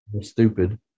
stupid